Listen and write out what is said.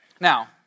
Now